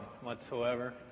whatsoever